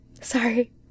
Sorry